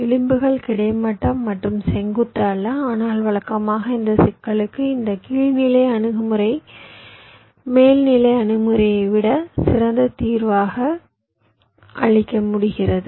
விளிம்புகள் கிடைமட்ட மற்றும் செங்குத்து அல்ல ஆனால் வழக்கமாக இந்த சிக்கலுக்கு இந்த கீழ்நிலை அணுகுமுறை மேல் கீழ் அணுகுமுறையை விட சிறந்த முடிவை அளிக்கிறது